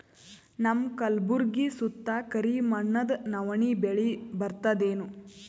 ನಮ್ಮ ಕಲ್ಬುರ್ಗಿ ಸುತ್ತ ಕರಿ ಮಣ್ಣದ ನವಣಿ ಬೇಳಿ ಬರ್ತದೇನು?